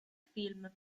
film